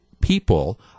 people